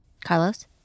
Carlos